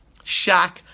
Shaq